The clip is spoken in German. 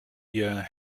ihr